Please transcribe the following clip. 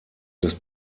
des